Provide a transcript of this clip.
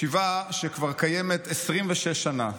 ישיבה שכבר קיימת 26 שנה,